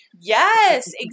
Yes